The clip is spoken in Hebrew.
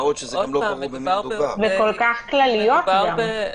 וכל כך כלליות גם.